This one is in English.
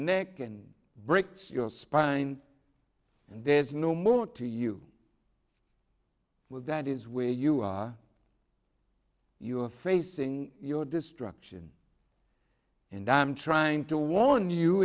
neck and breaks your spine and there's no more to you with that is where you are you are facing your destruction and i'm trying to warn you